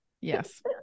Yes